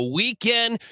weekend